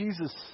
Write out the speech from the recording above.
Jesus